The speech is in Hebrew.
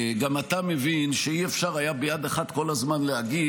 גם אתה מבין שאי-אפשר ביד אחת כל הזמן להגיד,